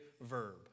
verb